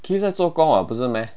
keith 在做工 [what] 不是 meh